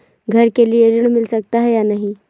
घर के लिए ऋण मिल सकता है या नहीं?